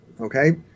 okay